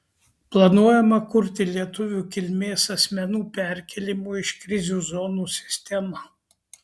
planuojama kurti lietuvių kilmės asmenų perkėlimo iš krizių zonų sistemą